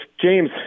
James